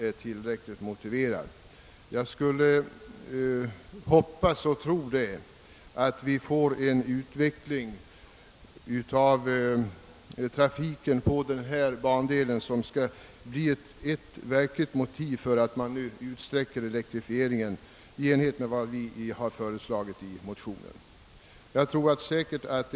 är tillräckligt motiverad>. Jag hoppas och tror att trafiken på denna bandel kommer att utvecklas så, att en elektrifiering i enlighet med motionsförslaget blir motiverad.